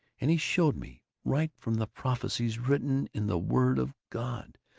and he showed me, right from the prophecies written in the word of god,